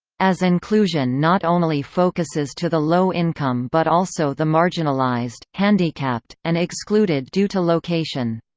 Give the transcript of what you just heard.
as inclusion not only focuses to the low-income but also the marginalized, handicapped, and excluded due to location.